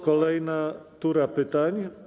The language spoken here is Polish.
Kolejna tura pytań.